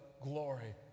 glory